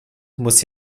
muss